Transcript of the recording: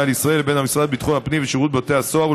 לישראל ובין המשרד לביטחון הפנים ושירות בתי הסוהר,